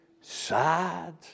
sad